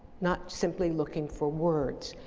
not simply looking for words.